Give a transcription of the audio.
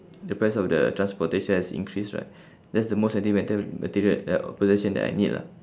the price of the transportation has increase right that's the most I think mater~ material uh possession that I need lah